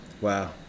Wow